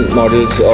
models